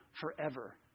forever